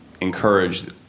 encourage